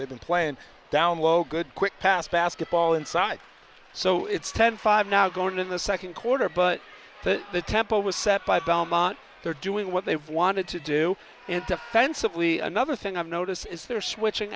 they've been playing down low good quick pass basketball inside so it's ten five now going in the second quarter but the temple was set by belmont they're doing what they've wanted to do and defensively another thing i've notice is they're switching